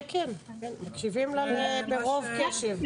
כן, מקשיבים לה ברוב קשב.